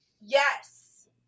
Yes